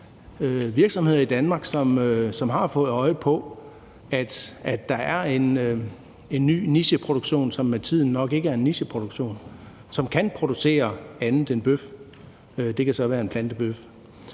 virksomheder i Danmark, som har fået øje på, at der er en ny nicheproduktion, som med tiden nok ikke er en nicheproduktion, som kan producere andet end bøf; det kan så være en plantebøf.